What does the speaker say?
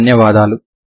చాలా ధన్యవాదాలు